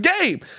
game